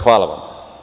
Hvala vam.